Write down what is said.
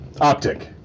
Optic